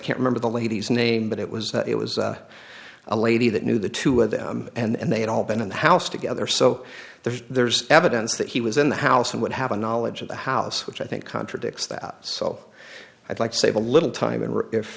can't remember the lady's name but it was that it was a lady that knew the two of them and they had all been in the house together so there's evidence that he was in the house and would have a knowledge of the house which i think contradicts that so i'd like to save a little time and if